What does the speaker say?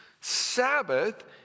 Sabbath